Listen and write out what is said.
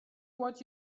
what